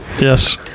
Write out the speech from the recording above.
Yes